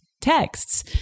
texts